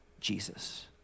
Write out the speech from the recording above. Jesus